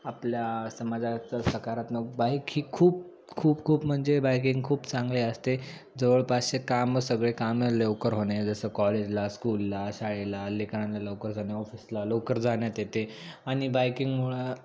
आपल्या समाजातच सकारात्मक बाईक ही खूप खूप खूप म्हणजे बायकिंग खूप चांगले असते जवळपासचे कामं सगळे कामं लवकर होणे जसं कॉलेजला स्कूलला शाळेला लेकरांना लवकर जाणे ऑफिसला लवकर जाण्यात येते आणि बायकिंगमुळं